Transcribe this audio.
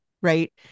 Right